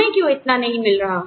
हमें क्यों यह नहीं मिल रहा